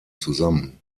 zusammen